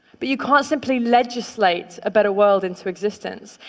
but you can't simply legislate a better world into existence.